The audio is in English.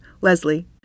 Leslie